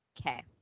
Okay